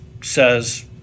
says